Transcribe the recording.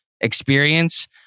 experience